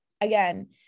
again